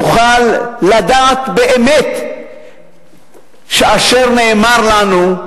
נוכל לדעת באמת שאשר נאמר לנו,